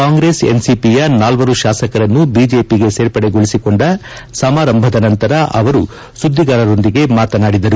ಕಾಂಗ್ರೆಸ್ ಎನ್ಸಿಪಿಯ ನಾಲ್ವರು ಶಾಸಕರನ್ನು ಬಿಜೆಪಿಗೆ ಸೇರ್ಪಡೆಗೊಳಿಸಿಕೊಂಡ ಸಮಾರಂಭದ ನಂತರ ಅವರು ಸುಧಿಗಾರರ ಜೊತೆ ಮಾತನಾಡಿದರು